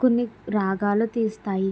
కొన్ని రాగాలు తీస్తాయి